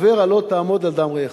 עובר על "לא תעמד על דם רעך".